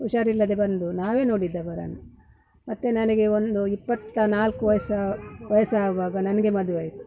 ಹುಷಾರಿಲ್ಲದೆ ಬಂದು ನಾವೇ ನೋಡಿದ್ದು ಅವರನ್ನ ಮತ್ತೆ ನನಗೆ ಒಂದು ಇಪ್ಪತ್ತ ನಾಲ್ಕು ವಯಸ್ಸು ವಯಸ್ಸಾಗುವಾಗ ನನಗೆ ಮದುವೆಯಾಯ್ತು